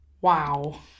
Wow